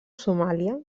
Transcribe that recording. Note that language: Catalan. somàlia